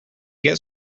get